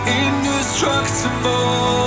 indestructible